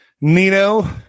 Nino